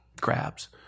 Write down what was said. crabs